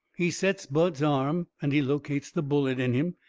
he sets bud's arm, and he locates the bullet in him,